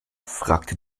fragte